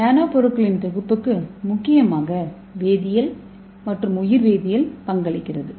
நானோ பொருட்களின் தொகுப்புக்கு முக்கியமாக வேதியியல் மற்றும் உயிர் வேதியியல் பங்களிக்கிறது